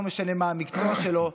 לא משנה מה המקצוע שלו,